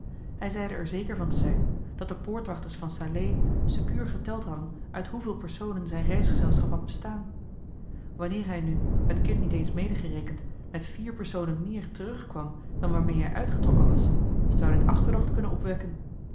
hij zeide er zeker van te zijn dat de poortwachters van salé secuur geteld hadden uit hoeveel personen zijn reisgezelschap had bestaan wanneer hij nu het kind niet eens medegerekend met vier personen meer terugkwam dan waarmee hij uitgetrokken was zou dit achterdocht kunnen opwekken